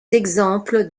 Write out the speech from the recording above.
exemples